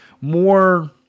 more